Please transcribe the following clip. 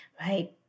right